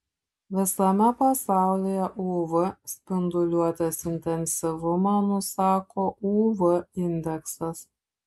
visame pasaulyje uv spinduliuotės intensyvumą nusako uv indeksas